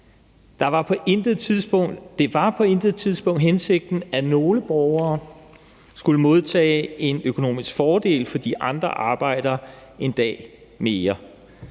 Det var på intet tidspunkt hensigten, at nogle borgere skulle modtage en økonomisk fordel, fordi andre arbejder en dag mere.